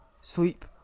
sleep